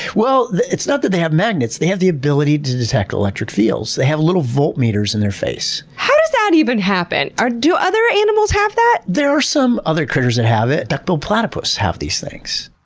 well, it's not that they have magnets, they have the ability to detect electric fields. they have little volt meters in their face. how does that even happen! do other animals have that? there are some other critters that have it. duck-billed platypus have these things.